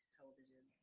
television